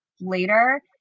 later